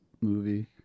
movie